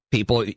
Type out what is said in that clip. People